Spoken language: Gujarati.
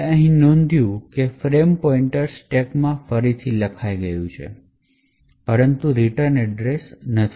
અમે નોંધ્યું છે કે ફ્રેમ પોઇન્ટર સ્ટેકમાં ફરીથી લખાઈ ગયું છે પરંતુ રિટર્ન એડ્રેસ નહીં